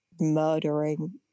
murdering